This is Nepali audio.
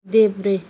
देब्रे